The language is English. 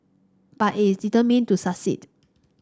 but it is determined to succeed